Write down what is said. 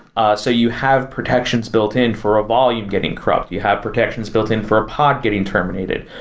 ah so you have protections built in for a volume getting corrupt. you have protections built in for a pod getting terminated,